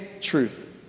truth